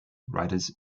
writers